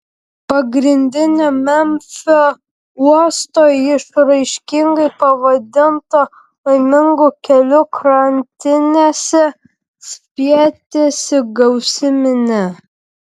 pagrindinio memfio uosto išraiškingai pavadinto laimingu keliu krantinėse spietėsi gausi minia